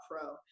Pro